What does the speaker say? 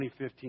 2015